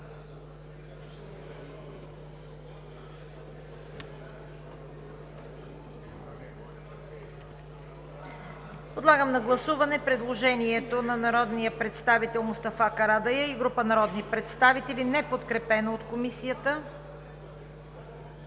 Подлагам на гласуване предложението на народния представител Мустафа Карадайъ и група народни представители, неподкрепено от Комисията.